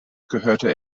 gehörte